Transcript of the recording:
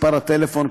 מספר הטלפון,